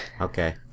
okay